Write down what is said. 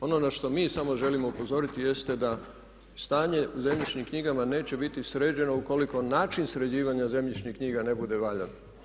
Ono na što mi samo želimo upozoriti jeste da stanje u zemljišnim knjigama neće biti sređeno ukoliko način sređivanja zemljišnih knjiga ne bude valjan.